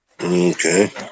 Okay